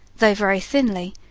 though very thinly,